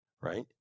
right